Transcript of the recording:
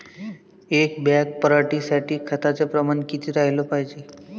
एक बॅग पराटी साठी खताचं प्रमान किती राहाले पायजे?